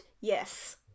yes